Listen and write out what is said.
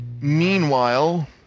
Meanwhile